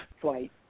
flight